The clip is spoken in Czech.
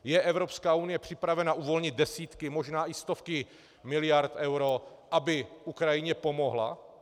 Je Evropská unie připravena uvolnit desítky, možná i stovky miliard eur, aby Ukrajině pomohla?